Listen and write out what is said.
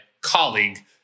colleague